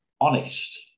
honest